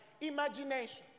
Imagination